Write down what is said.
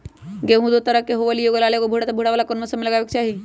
गेंहू दो तरह के होअ ली एगो लाल एगो भूरा त भूरा वाला कौन मौसम मे लगाबे के चाहि?